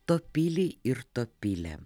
topilį ir topilę